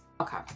Okay